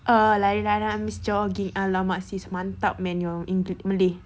err lain-lain miss jogging !alamak! sis mantap malay